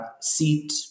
seat